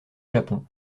japon